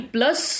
Plus